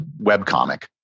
webcomic